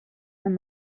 sant